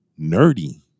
nerdy